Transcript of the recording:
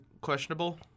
questionable